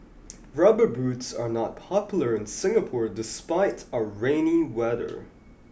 rubber boots are not popular in Singapore despite our rainy weather